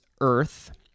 earth